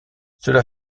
cela